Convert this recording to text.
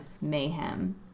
mayhem